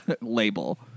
label